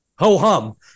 Ho-hum